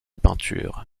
peinture